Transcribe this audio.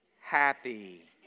happy